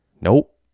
Nope